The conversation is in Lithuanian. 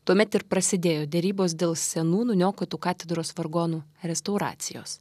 tuomet ir prasidėjo derybos dėl senų nuniokotų katedros vargonų restauracijos